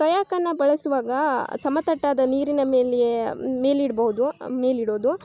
ಕಯಕನ್ನು ಬಳಸುವಾಗ ಸಮತಟ್ಟಾದ ನೀರಿನ ಮೇಲಿಯೇ ಮೇಲೆ ಇಡ್ಬೌದು ಮೇಲೆ ಇಡೋದು